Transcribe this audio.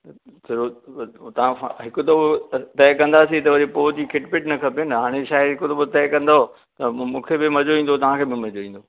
थोरो तां खां हिकु दफ़ो त तय कंदासीं त वरी पोइ जी खिट पिट त खपे न हाणे छाहे हिकु दफ़ो तय कंदव त पोइ मूंखे बि मज़ो ईंदो ऐं तव्हांखे बि मज़ो ईंदो